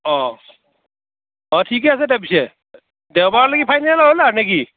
অঁ অঁ ঠিকে আছে দে পিছে দেওবাৰক লেগি ফাইনেল হ'ল আৰু নেকি